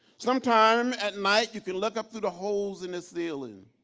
sometimes at night you can look up through the holes in the ceiling,